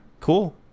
Cool